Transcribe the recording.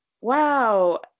Wow